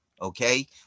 okay